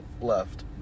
left